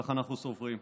כך אנחנו סבורים.